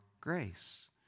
grace